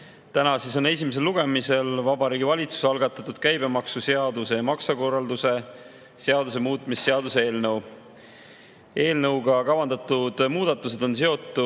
Täna on esimesel lugemisel Vabariigi Valitsuse algatatud käibemaksuseaduse ja maksukorralduse seaduse muutmise seaduse eelnõu. Eelnõuga kavandatud muudatused on seotud